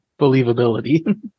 believability